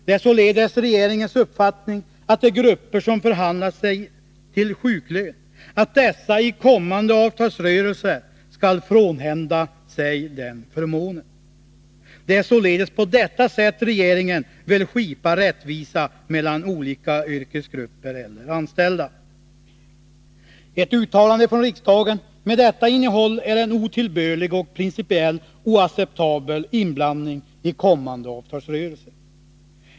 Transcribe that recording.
Det är således regeringens uppfattning att de grupper som förhandlat sig till sjuklön i kommande avtalsrörelser skall frånhända sig den förmånen. Det är på detta sätt regeringen vill skipa rättvisa mellan olika yrkesgrupper eller anställda. Ett uttalande från riksdagen med detta innehåll är en otillbörlig och principiellt oacceptabel inblandning i kommande avtalsrörelser.